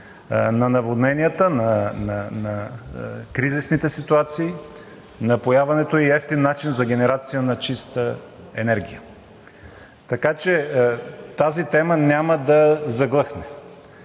на наводненията, на кризисните ситуации. Напояването е и евтин начин за генерация на чиста енергия. Така че тази тема няма да заглъхне.